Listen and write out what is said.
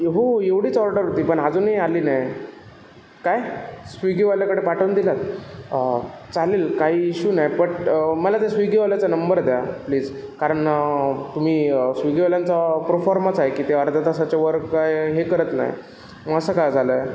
हो एवढीच ऑर्डर होती पण अजूनही आली नाही काय स्विगीवाल्याकडे पाठवून दिलंत चालेल काही इशू नाही बट मला त्या स्विगीवाल्याचा नंबर द्या प्लिज कारण तुम्ही स्विगीवाल्यांचा प्रोफॉर्माच आहे की ते अर्ध्या तासाच्यावर काय हे करत नाही मग असं कां झालं आहे